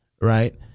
right